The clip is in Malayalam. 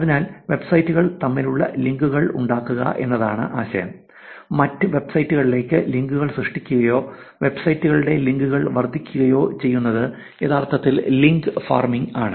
അതിനാൽ വെബ്സൈറ്റുകൾ തമ്മിലുള്ള ലിങ്കുകൾ ഉണ്ടാക്കുക എന്നതാണ് ആശയം മറ്റ് വെബ്സൈറ്റുകളിലേക്ക് ലിങ്കുകൾ സൃഷ്ടിക്കുകയോ വെബ്സൈറ്റുകളുടെ ലിങ്കുകൾ വർദ്ധിപ്പിക്കുകയോ ചെയ്യുന്നത് യഥാർത്ഥത്തിൽ ലിങ്ക് ഫാമിംഗാണ്